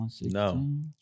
No